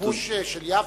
הכיבוש של שיח'-מוניס?